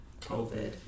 COVID